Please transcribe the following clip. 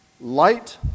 Light